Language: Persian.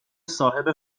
صاحب